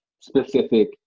specific